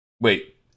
Wait